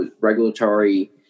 regulatory